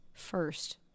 First